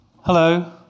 Hello